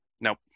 Nope